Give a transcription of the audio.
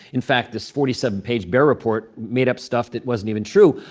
in fact, this forty seven page bear report made up stuff that wasn't even true.